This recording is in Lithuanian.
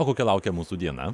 o kokia laukia mūsų diena